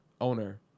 owner